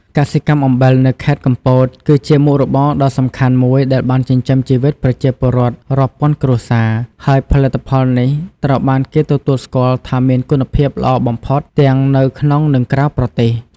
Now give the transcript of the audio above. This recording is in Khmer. កសិកម្មអំបិលនៅខេត្តកំពតគឺជាមុខរបរដ៏សំខាន់មួយដែលបានចិញ្ចឹមជីវិតប្រជាពលរដ្ឋរាប់ពាន់គ្រួសារ ហើយផលិតផលនេះត្រូវបានគេទទួលស្គាល់ថាមានគុណភាពល្អបំផុតទាំងនៅក្នុងនិងក្រៅប្រទេស។